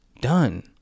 done